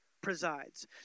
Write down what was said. presides